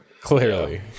clearly